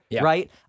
right